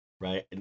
right